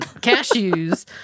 cashews